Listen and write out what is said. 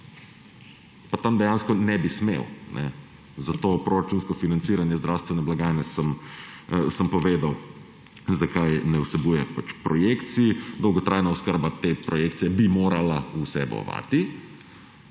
Pa tam dejansko ne bi smel. Za to proračunsko financiranje zdravstvene blagajne sem povedal, zakaj ne vsebuje projekcij. Dolgotrajna oskrba bi morala te projekcije vsebovati,